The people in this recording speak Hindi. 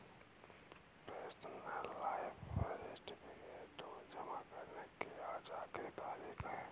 पेंशनर लाइफ सर्टिफिकेट जमा करने की आज आखिरी तारीख है